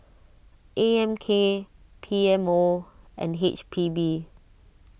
A M K P M O and H P B